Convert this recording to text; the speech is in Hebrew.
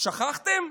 שכחתם?